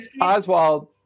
Oswald